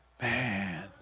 Man